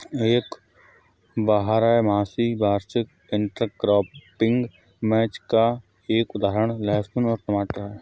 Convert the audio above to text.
एक बारहमासी वार्षिक इंटरक्रॉपिंग मैच का एक उदाहरण लहसुन और टमाटर है